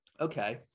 okay